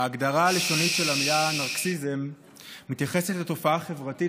ההגדרה הלשונית של המילה נרקיסיזם מתייחסת לתופעה חברתית